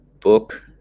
book